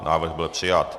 Návrh byl přijat.